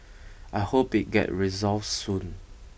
I hope it get resolved soon